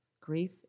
Grief